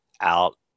out